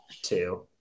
two